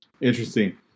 Interesting